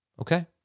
Okay